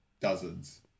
dozens